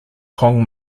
kong